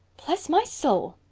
bless my soul,